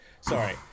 sorry